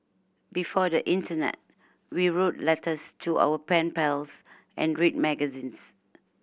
before the internet we wrote letters to our pen pals and read magazines